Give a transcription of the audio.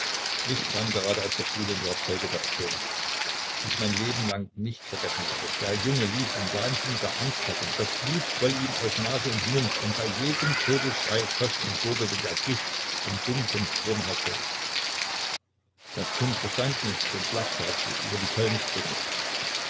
ich kam grade aus der schule und war zeuge der szene die ich in meinem leben nicht vergessen werde der junge lief in wahnsinniger angst herum das blut quoll ihm aus nase und mund und bei jedem todesschrei schoß und gurgelte der gischt in dunklem strome hervor das kind verstand nichts und lachte herzlich über die tollen sprünge